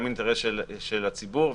גם אינטרס של הציבור,